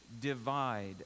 divide